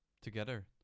together